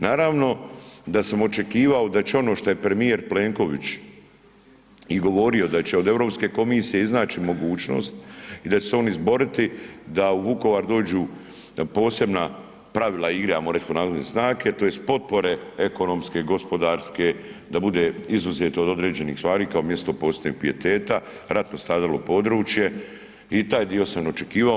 Naravno da sam očekivao da će ono što je premijer Plenković i govorio da će od Europske komisije iznaći mogućnost i da će se on izboriti da u Vukovar dođu posebna pravila igre … [[ne razumije se]] tj. potpore ekonomske, gospodarske da bude izuzeto od određenih stvari kao mjesto posebnog pijeteta, ratom stradalo područje i taj dio sam očekivao.